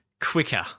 quicker